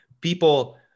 people